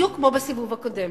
בדיוק כמו בסיבוב הקודם.